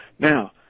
Now